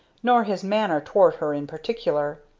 nor his manner toward her in particular.